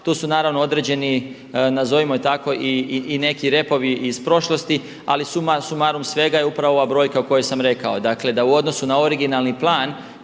To su naravno određeni nazovimo ih tako i neki repovi iz prošlosti, ali suma sumarum svega je upravo ova brojka o kojom sam rekao. Dakle da u odnosu na originalni plan